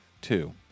two